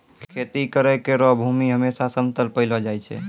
खेती करै केरो भूमि हमेसा समतल पैलो जाय छै